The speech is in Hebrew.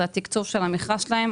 זה תקצוב המכרז שלהם,